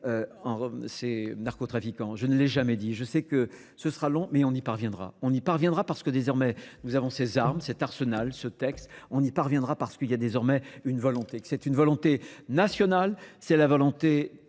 à éradiquer. Je ne l'ai jamais dit. Je sais que ce sera long, mais on y parviendra. On y parviendra parce que désormais nous avons ces armes, cet arsenal, ce texte. On y parviendra parce qu'il y a désormais une volonté. C'est une volonté nationale, c'est la volonté